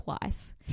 twice